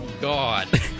God